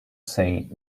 say